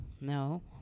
no